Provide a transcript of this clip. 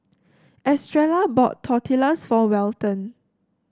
Estrella bought Tortillas for Welton